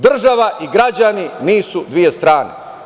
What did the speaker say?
Država i građani nisu dve strane.